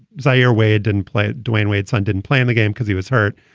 zarway didn't play dwayne wade son didn't play in the game because he was hurt.